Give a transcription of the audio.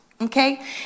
okay